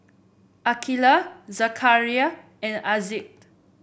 Aqilah Zakaria and Aizat